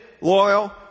loyal